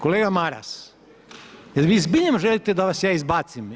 Kolega Maras, jer vi zbilja želite da vas ja izbacim?